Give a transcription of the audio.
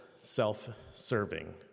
self-serving